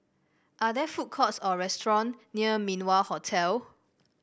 are there food courts or restaurant near Min Wah Hotel